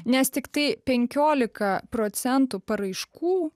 nes tiktai penkiolika procentų paraiškų